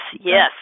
Yes